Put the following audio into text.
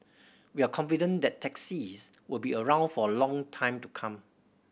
we are confident that taxis will be around for a long time to come